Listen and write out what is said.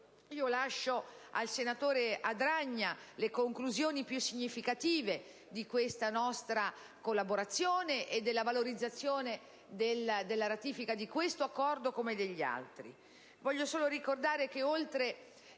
Lascio al senatore Adragna le conclusioni più significative di questa nostra collaborazione e della valorizzazione della ratifica di questo Accordo, come degli altri.